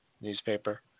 Newspaper